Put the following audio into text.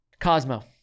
Cosmo